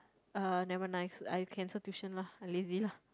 uh never nice I cancel tuition lah I'm lazy lah